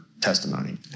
testimony